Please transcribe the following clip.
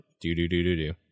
Do-do-do-do-do